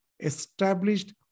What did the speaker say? established